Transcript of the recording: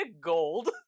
gold